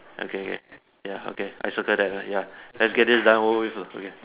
okay ya ya okay I circle that right ya let's get this done over with okay